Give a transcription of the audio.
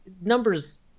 numbers